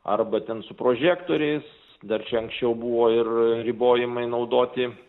arba ten su prožektoriais dar čia anksčiau buvo ir ribojimai naudoti